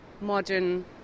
Modern